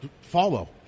follow